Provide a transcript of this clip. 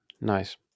Nice